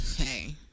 Okay